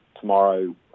tomorrow